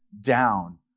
down